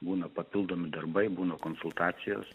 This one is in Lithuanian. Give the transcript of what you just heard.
būna papildomi darbai būna konsultacijos